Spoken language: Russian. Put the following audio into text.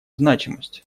значимость